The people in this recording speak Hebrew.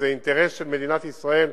זה אינטרס של מדינת ישראל,